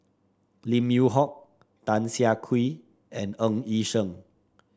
Lim Yew Hock Tan Siah Kwee and Ng Yi Sheng